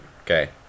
okay